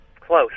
Close